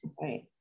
Right